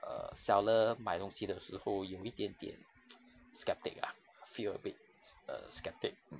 err seller 买东西的时候有一点点 skeptic ah I feel a bit s~ uh skeptic mm